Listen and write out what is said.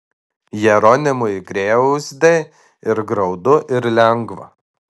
jeronimui griauzdei ir graudu ir lengva